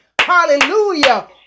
Hallelujah